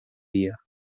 día